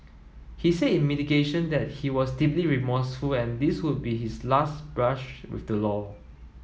he said in mitigation that he was deeply remorseful and this would be his last brush with the law